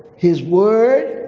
his word